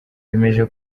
bemeje